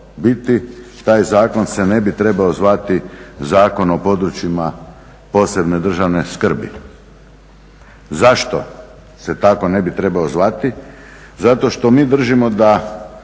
biti taj zakon se ne bi trebao zvati Zakon o područjima posebne državne skrbi. Zašto se tako ne bi trebao zvati? Zato što mi držimo da